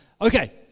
Okay